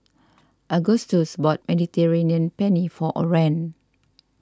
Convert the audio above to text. Agustus bought Mediterranean Penne for Orren